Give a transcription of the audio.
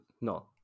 No